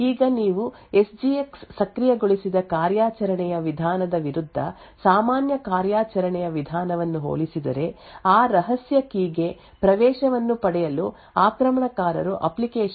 ಈಗ ನೀವು S G X ಸಕ್ರಿಯಗೊಳಿಸಿದ ಕಾರ್ಯಾಚರಣೆಯ ವಿಧಾನದ ವಿರುದ್ಧ ಸಾಮಾನ್ಯ ಕಾರ್ಯಾಚರಣೆಯ ವಿಧಾನವನ್ನು ಹೋಲಿಸಿದರೆ ಆ ರಹಸ್ಯ ಕೀ ಗೆ ಪ್ರವೇಶವನ್ನು ಪಡೆಯಲು ಆಕ್ರಮಣಕಾರರು ಅಪ್ಲಿಕೇಶನ್ ಓ ಎಸ್ ವರ್ಚುಯಲ್ ಯಂತ್ರ ಅಥವಾ ಹಾರ್ಡ್ವೇರ್ ಅನ್ನು ಆಕ್ರಮಣ ಮಾಡಬಹುದೆಂದು ನಾವು ನೋಡುತ್ತೇವೆ